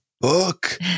book